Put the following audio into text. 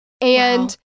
and-